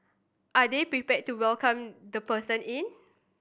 are they prepared to welcome the person in